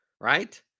right